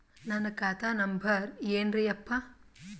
ನನ್ನ ಖಾತಾ ನಂಬರ್ ಏನ್ರೀ ಯಪ್ಪಾ?